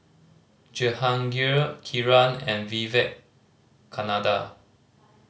Jehangirr Kiran and Vivekananda